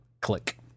click